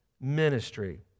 ministry